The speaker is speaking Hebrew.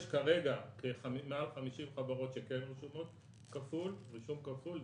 יש כרגע מעל 50 חברות שכן רשומות רישום כפול,